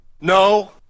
No